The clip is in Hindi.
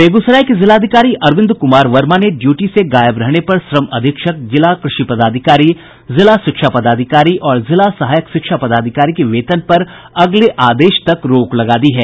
बेगूसराय के जिलाधिकारी अरविंद कुमार वर्मा ने ड्यूटी से गायब रहने पर श्रम अधीक्षक जिला कृषि पदाधिकारी जिला शिक्षा पदाधिकारी और जिला सहायक शिक्षा पदाधिकारी के वेतन पर अगले आदेश तक रोक लगा दी है